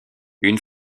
une